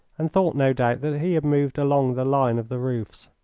and thought, no doubt, that he had moved along the line of the roofs.